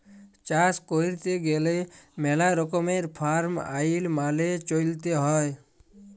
চাষ ক্যইরতে গ্যালে ম্যালা রকমের ফার্ম আইল মালে চ্যইলতে হ্যয়